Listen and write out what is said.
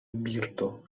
birdo